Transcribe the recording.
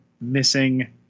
missing